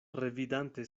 revidante